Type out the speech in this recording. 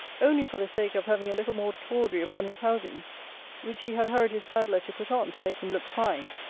only for the sake of having a little more tawdry upon his housings which he had hurried his sadler to put on, to make him look fine,